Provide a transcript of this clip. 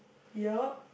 yup